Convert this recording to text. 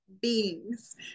beings